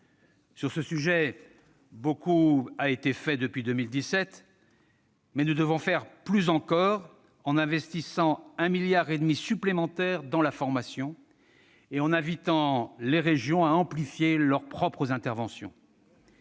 Sur ce sujet, beaucoup a été fait depuis 2017. Mais nous devons faire plus encore, en investissant 1,5 milliard d'euros de plus dans la formation et en invitant les régions à amplifier leurs propres interventions.